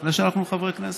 לפני שאנחנו חברי כנסת.